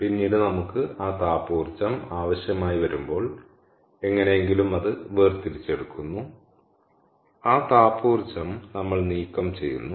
പിന്നീട് നമുക്ക് ആ താപ ഊർജ്ജം ആവശ്യമായി വരുമ്പോൾ എങ്ങനെയെങ്കിലും അത് വേർതിരിച്ചെടുക്കുന്നു ആ താപ ഊർജ്ജം നമ്മൾ നീക്കം ചെയ്യുന്നു